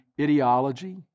ideology